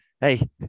hey